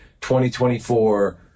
2024